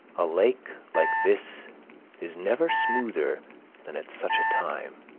a lake like this is never smoother than at such a time